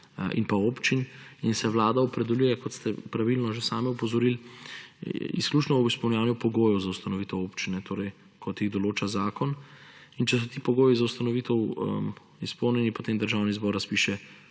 in pa občin in se Vlada opredeljuje, kot ste pravilno že sami opozorili, izključno o izpolnjevanju pogojev za ustanovitev občine, torej kot jih določa zakon. Če so ti pogoji za ustanovitev izpolnjeni, potem Državni zbor razpiše